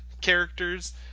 characters